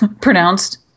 Pronounced